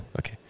Okay